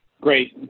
Great